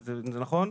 זה נכון?